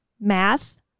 Math